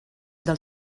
del